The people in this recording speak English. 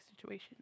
situation